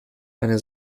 eine